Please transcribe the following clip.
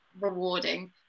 rewarding